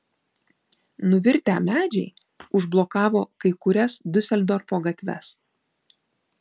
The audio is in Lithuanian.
nuvirtę medžiai užblokavo kai kurias diuseldorfo gatves